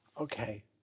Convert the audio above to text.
Okay